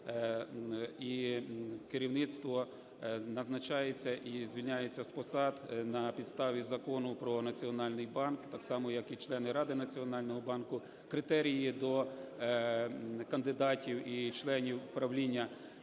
і керівництво назначається і звільняється з посад на підставі Закону про Національний банк так само, як і члени Ради Національного банку. Критерії до кандидатів і членів правління